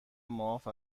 معاف